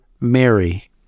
Mary